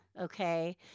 okay